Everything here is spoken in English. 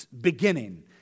beginning